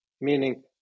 meaning